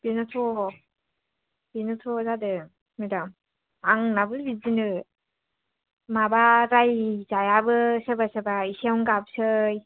बेनोथ' बेनोथ' जादों मेदाम आंनाबो बिदिनो माबा रायजायाबो सोरबा सोरबा एसेयावनो गाबसै